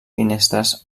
finestres